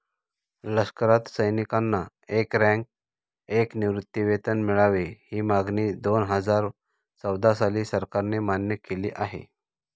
लष्करात सैनिकांना एक रँक, एक निवृत्तीवेतन मिळावे, ही मागणी दोनहजार चौदा साली सरकारने मान्य केली आहे